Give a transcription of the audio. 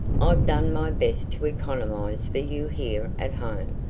i've done my best to economize for you here at home,